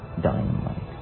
dynamite